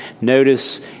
Notice